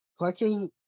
Collectors